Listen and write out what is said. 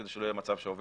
כדי שלא יהיה מצב שעובד